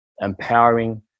empowering